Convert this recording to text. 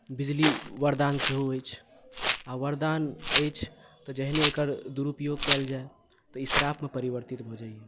बिजली वरदान सेहो अछि आ वरदान अछि तऽ जखनहि एकर दुरूपयोग कयल जाए तऽ ई श्रापमे परिवर्तित भऽ जाइए